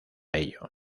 ello